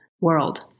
world